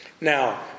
Now